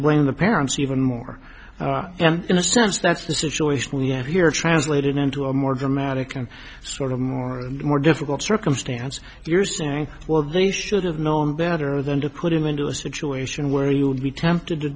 when the parents even more in a sense that's the situation we have here translated into a more dramatic and sort of more and more difficult circumstance you're saying well they should have known better than to put him into a situation where you would be tempted to